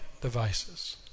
devices